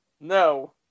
no